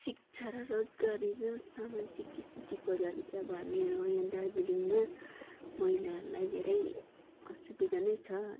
शिक्षा र रोजगारी र सामाजिक स्थितिको लागि चाहिँ अब हामीहरू यहाँ दार्जिलिङमा महिलाहरूलाई धेरै असुविधा नै छ